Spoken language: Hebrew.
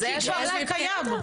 זה קיים.